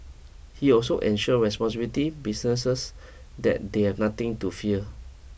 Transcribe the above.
he also ensure responsibility businesses that they had nothing to fear